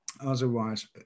otherwise